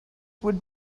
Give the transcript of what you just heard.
would